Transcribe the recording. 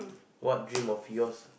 what dream of yours